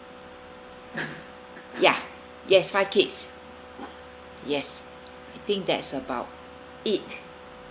ya yes five kids yes I think that's about it